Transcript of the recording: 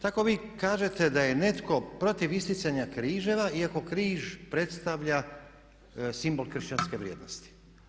Tako vi kažete da je netko protiv isticanja križeva iako križ predstavlja simbol kršćanske vrijednosti.